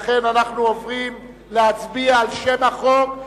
לכן אנחנו עוברים להצביע על שם החוק,